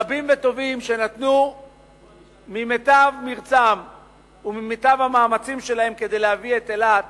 רבים וטובים שנתנו ממיטב מרצם וממיטב המאמצים שלהם כדי להביא את אילת